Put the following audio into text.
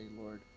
Lord